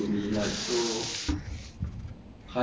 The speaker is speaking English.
not really ah no leh I was always playing around